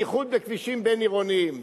בייחוד בכבישים בין-עירוניים.